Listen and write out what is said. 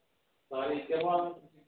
सारे